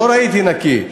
לא ראיתי נקי.